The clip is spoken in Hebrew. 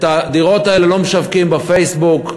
את הדירות האלה לא משווקים בפייסבוק,